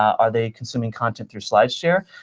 are they consuming content through slideshare?